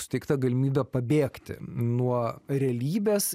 suteikta galimybe pabėgti nuo realybės